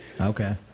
Okay